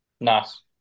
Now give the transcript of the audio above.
Nice